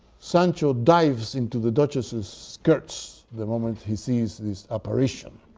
sancho dives into the duchess's skirts the moment he sees this apparition,